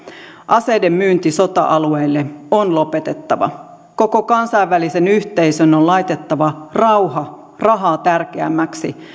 aseiden myynti sota alueille on lopetettava koko kansainvälisen yhteisön on laitettava rauha rahaa tärkeämmäksi